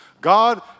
God